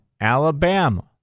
Alabama